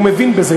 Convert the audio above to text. הוא מבין בזה,